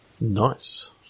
Nice